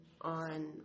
on